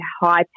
high